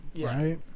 right